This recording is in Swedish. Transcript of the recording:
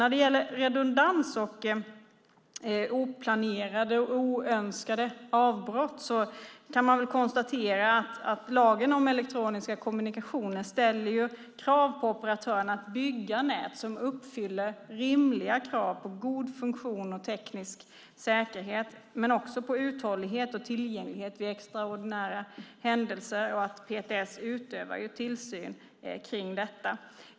När det gäller redundans och oplanerade och oönskade avbrott kan man väl konstatera att lagen om elektroniska kommunikationer ställer krav på operatörerna att bygga nät som uppfyller rimliga krav på god funktion och teknisk säkerhet, men också på uthållighet och tillgänglighet vid extraordinära händelser. PTS utövar ju tillsyn av detta.